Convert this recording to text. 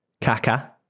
Kaka